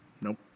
Nope